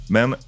Men